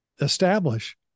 establish